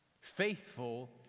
faithful